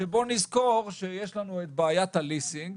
שבואו נזכור שיש לנו את בעיית הליסינג,